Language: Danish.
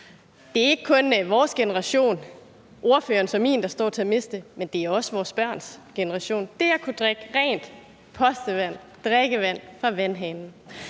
Det er ikke kun vores generation, ordførerens og min, der står til at miste, det er også vores børns generation. Det at kunne drikke rent postevand, drikkevand